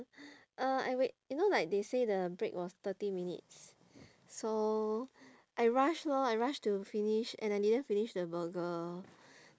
uh I wait you know like they say the break was thirty minutes so I rush lor I rush to finish and I didn't finish the burger